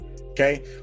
Okay